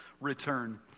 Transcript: return